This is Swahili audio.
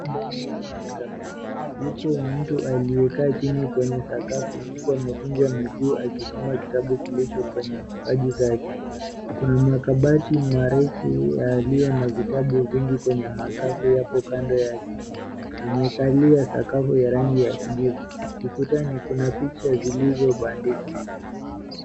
Ndani ya maktaba. Yupo mtu aliyekaa chini kwenye sakafu huku amekunja miguu akisoma kitabu kilicho kwenye mapaja yake. Kuna makabati marefu yaliyo na vitabu vingi kwenye masafu yapo kando yake. Amekalia sakafu ya rangi ya kijivu. Ukutani kuna picha zilizobandikwa.